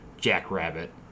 Jackrabbit